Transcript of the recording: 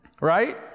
right